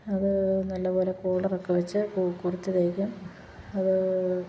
അത് നല്ലപോലെ കോളറ് ഒക്കെ വെച്ച് കുർത്തി തയ്ക്കും അത്